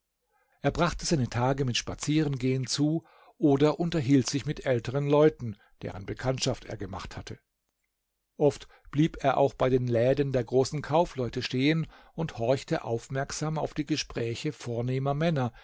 er brachte seine tage mit spazierengehen zu oder unterhielt sich mit älteren leuten deren bekanntschaft er gemacht hatte oft blieb er auch bei den läden der großen kaufleute stehen und horchte aufmerksam auf die gespräche vornehmer männer